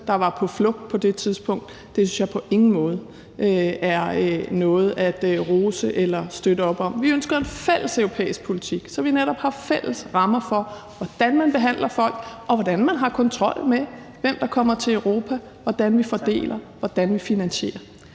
der var på flugt på det tidspunkt, synes jeg på ingen måde er noget at rose eller støtte op om. Vi ønsker en fælles europæisk politik, så vi netop har fælles rammer for, hvordan man behandler folk, hvordan man har kontrol med, hvem der kommer til Europa, hvordan vi fordeler folk, og hvordan vi finansierer